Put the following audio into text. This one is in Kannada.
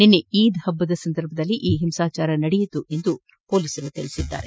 ನಿನ್ನೆ ಈದ್ ಹಬ್ಬದ ಸಂದರ್ಭದಲ್ಲಿ ಈ ಹಿಂಸಾಚಾರ ನಡೆದಿದೆ ಎಂದು ಪೊಲೀಸರು ತಿಳಿಸಿದ್ದಾರೆ